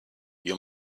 you